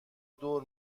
دور